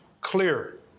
clear